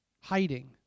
hiding